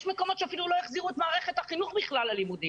יש מדינות שבכלל לא החזירו את מערכת החינוך ללימודים.